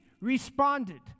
responded